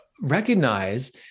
Recognize